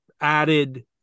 added